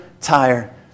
tire